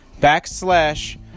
backslash